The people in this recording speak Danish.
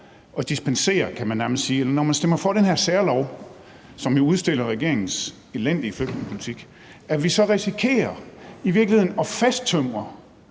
at dispensere, kan man nærmest sige, eller når man stemmer for den her særlov, som jo udstiller regeringens elendige flygtningepolitik, i virkeligheden at fasttømre